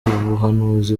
buhanuzi